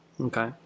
Okay